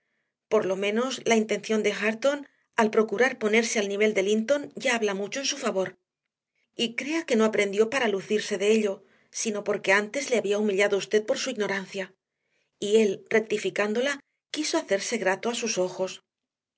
por lo menos la intención de hareton al procurar ponerse al nivel de linton ya habla mucho en su favor y crea que no aprendió para lucirse de ello sino porque antes le había humillado usted por su ignorancia y él rectificándola quiso hacerse grato a sus ojos